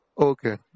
Okay